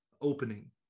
opening